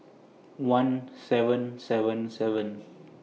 one seven seven seven